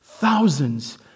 Thousands